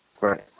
Right